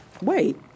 wait